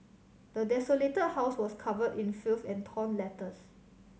the desolated house was covered in filth and torn letters